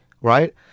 Right